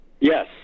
yes